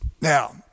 Now